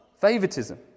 favoritism